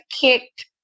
kicked